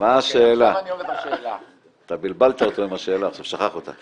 אתה בלבלת אותו עם השאלה, עכשיו הוא שכח אותה.